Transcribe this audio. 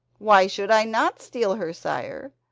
why should i not steal her, sire?